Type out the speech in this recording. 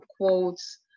quotes